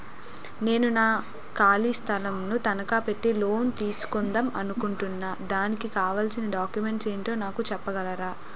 నేను నా ఖాళీ స్థలం ను తనకా పెట్టి లోన్ తీసుకుందాం అనుకుంటున్నా దానికి కావాల్సిన డాక్యుమెంట్స్ ఏంటో నాకు చెప్పగలరా?